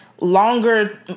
longer